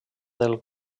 del